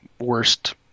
worst